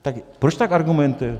Tak proč tak argumentujete?